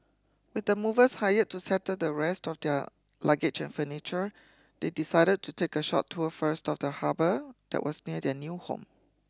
with the movers hired to settle the rest of their luggage and furniture they decided to take a short tour first of the harbour that was near their new home